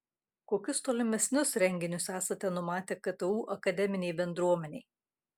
kokius tolimesnius renginius esate numatę ktu akademinei bendruomenei